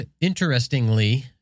Interestingly